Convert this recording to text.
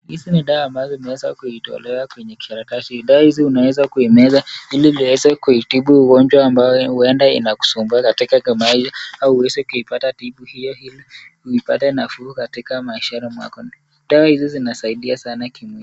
Hizi ni dawa ambazo imeweza kuitolewa kwenye kijikaratasi, dawa hizi unaweza kuimeza ili iweze kuitibu ugonjwa ambayo huenda inakusumbua katika au waweze kupata tiba, pia uipate nafuu katika maisha kwako . Dawa hizi zinasaidia sana.